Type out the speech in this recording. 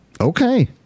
Okay